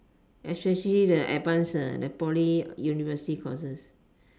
especially the advanced like poly university courses